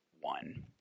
one